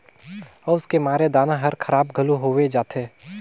अउस के मारे दाना हर खराब घलो होवे जाथे